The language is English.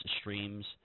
streams